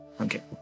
Okay